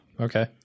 Okay